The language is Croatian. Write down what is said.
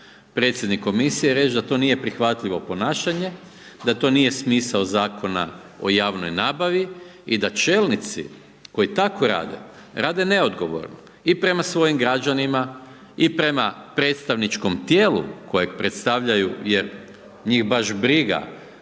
predsjednik komisije reći da to nije prihvatljivo ponašanje, da to nije smisao Zakona o javnoj nabavi i da čelnici koji tako rade rade neodgovorno i prema svojim građanima i prema predstavničkom tijelu koje predstavljaju jer njih baš briga